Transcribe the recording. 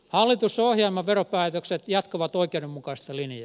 hallitusohjelman veropäätökset jatkavat oikeudenmukaista linjaa